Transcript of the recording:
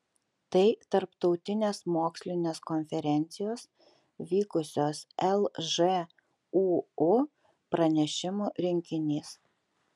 tai tarptautinės mokslinės konferencijos vykusios lžūu pranešimų rinkinys